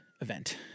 event